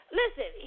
listen